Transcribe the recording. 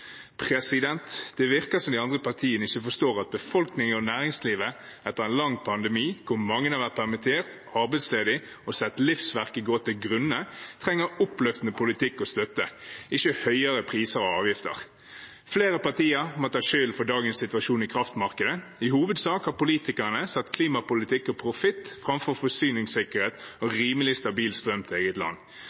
Det virker som de andre partiene ikke forstår at befolkningen og næringslivet etter en lang pandemi, der mange har vært permittert, arbeidsledige og sett livsverket gå til grunne, trenger oppløftende politikk og støtte – ikke høyere priser og avgifter. Flere partier må ta skylden for dagens situasjon i kraftmarkedet. I hovedsak har politikerne satt klimapolitikk og profitt framfor forsyningssikkerhet og rimelig, stabil strøm til eget land.